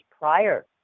prior